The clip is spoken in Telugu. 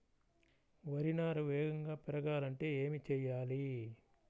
వరి నారు వేగంగా పెరగాలంటే ఏమి చెయ్యాలి?